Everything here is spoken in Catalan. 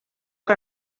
que